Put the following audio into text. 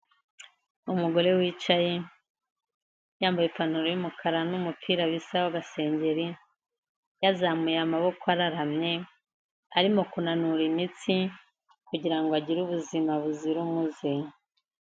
Umugore wicaye, yambaye ipantaro y'umukara n'umupira bisa w'agasengeri, yazamuye amaboko araramye, arimo kunanura imitsi kugirango agire ubuzima buzira umuze.